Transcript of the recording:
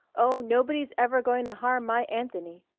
oh, nobody's ever going to harm my anthony!